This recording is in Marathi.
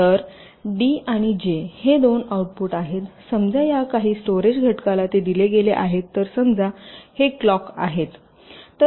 तर डी आणि जे हे दोन आउटपुट आहेत समजा या काही स्टोरेज घटकाला ते दिले गेले आहेत तर समजा हे क्लॉक आहेत